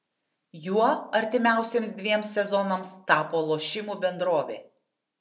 juo artimiausiems dviems sezonams tapo lošimų bendrovė